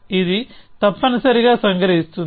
ఇది తప్పనిసరిగా సంగ్రహిస్తుంది